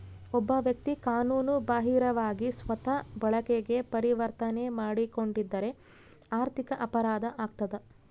ಒಬ್ಬ ವ್ಯಕ್ತಿ ಕಾನೂನು ಬಾಹಿರವಾಗಿ ಸ್ವಂತ ಬಳಕೆಗೆ ಪರಿವರ್ತನೆ ಮಾಡಿಕೊಂಡಿದ್ದರೆ ಆರ್ಥಿಕ ಅಪರಾಧ ಆಗ್ತದ